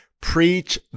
Preach